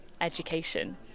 education